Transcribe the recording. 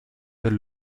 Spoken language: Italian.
del